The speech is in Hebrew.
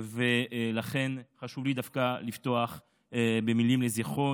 לכן חשוב לי דווקא לפתוח במילים לזכרו.